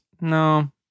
No